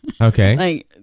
Okay